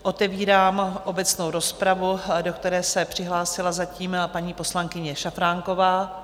Otevírám obecnou rozpravu, do které se přihlásila zatím paní poslankyně Šafránková.